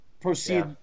proceed